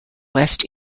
west